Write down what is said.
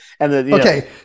Okay